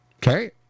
Okay